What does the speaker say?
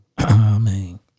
Amen